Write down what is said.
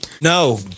No